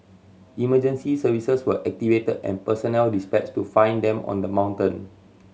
emergency services were activated and personnel dispatched to find them on the mountain